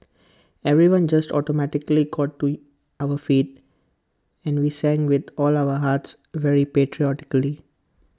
everyone just automatically got to our feet and we sang with all our hearts very patriotically